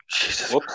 Jesus